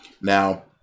Now